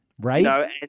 right